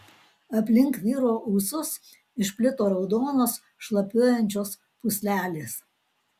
aplink vyro ūsus išplito raudonos šlapiuojančios pūslelės